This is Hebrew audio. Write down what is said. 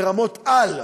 לרמות-על,